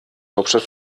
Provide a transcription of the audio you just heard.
hauptstadt